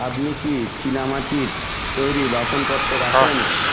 আপনি কি চীনামাটির তৈরি বাসনপত্র রাখেন